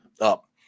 up